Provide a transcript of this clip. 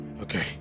Okay